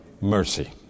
mercy